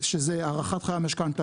שזה הארכת חיי המשכנתה,